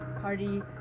party